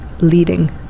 leading